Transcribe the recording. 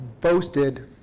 boasted